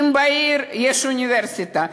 אם בעיר יש אוניברסיטה,